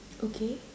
okay